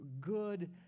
good